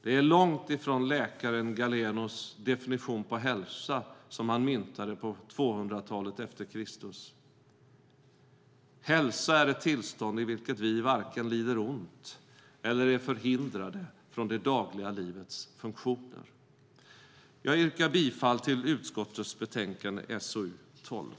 Det är långt ifrån läkaren Galenos definition på hälsa som han myntade på 200-talet e. Kr. : "Hälsa är ett tillstånd i vilket vi varken lider ont eller är förhindrade från det dagliga livets funktioner." Jag yrkar bifall till utskottets förslag i betänkande SoU12.